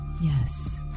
yes